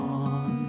on